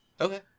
okay